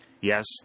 Yes